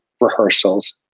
rehearsals